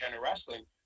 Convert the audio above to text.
wrestling